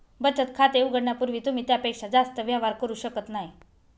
बचत खाते उघडण्यापूर्वी तुम्ही त्यापेक्षा जास्त व्यवहार करू शकत नाही